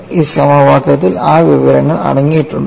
ഈ സമവാക്യത്തിൽ ആ വിവരങ്ങൾ അടങ്ങിയിട്ടുണ്ടോ